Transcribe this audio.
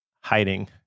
hiding